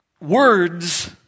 words